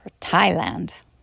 Thailand